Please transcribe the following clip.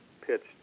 pitched